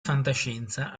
fantascienza